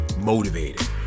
motivated